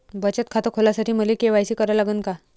बचत खात खोलासाठी मले के.वाय.सी करा लागन का?